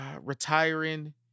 Retiring